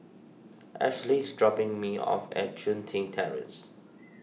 Ashli is dropping me off at Chun Tin Terrace